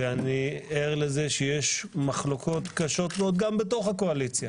אני ער לזה שסביב הנושא הזה יש מחלוקות קשות מאוד גם בתוך הקואליציה